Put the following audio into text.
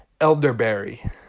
elderberry